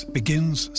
begins